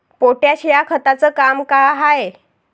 Potash या खताचं काम का हाय?